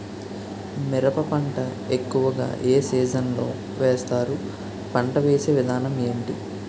మిరప పంట ఎక్కువుగా ఏ సీజన్ లో వేస్తారు? పంట వేసే విధానం ఎంటి?